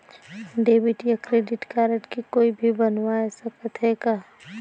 Debit या credit card के कोई भी बनवाय सकत है का?